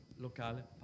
locale